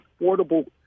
affordable